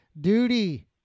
Duty